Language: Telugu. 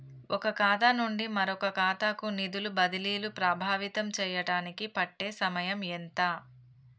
ఒక ఖాతా నుండి మరొక ఖాతా కు నిధులు బదిలీలు ప్రభావితం చేయటానికి పట్టే సమయం ఎంత?